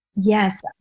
Yes